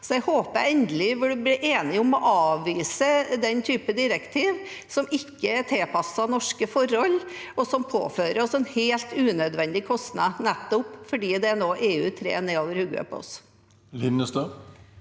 jeg håper endelig vi blir enige om å avvise den typen direktiv som ikke er tilpasset norske forhold, og som påfører oss helt unødvendige kostnader, nettopp fordi det er noe EU trer ned over hodet på oss.